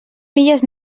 milles